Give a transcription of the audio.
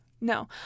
No